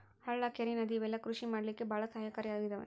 ಹಳ್ಳ ಕೆರೆ ನದಿ ಇವೆಲ್ಲ ಕೃಷಿ ಮಾಡಕ್ಕೆ ಭಾಳ ಸಹಾಯಕಾರಿ ಆಗಿದವೆ